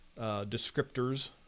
descriptors